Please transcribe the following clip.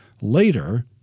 later